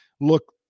look